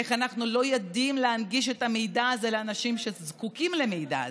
איך אנחנו לא יודעים להנגיש את המידע הזה לאנשים שזקוקים למידע הזה.